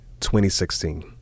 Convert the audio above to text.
2016